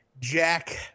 Jack